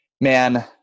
man